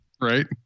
right